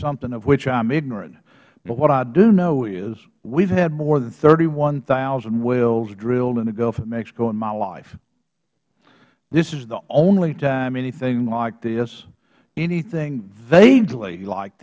something of which i am ignorant but what i do know is we have had more than thirty one thousand wells drilled in the gulf of mexico in my life this is the only time anything like this anything vaguely like